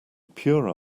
pure